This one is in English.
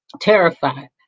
terrified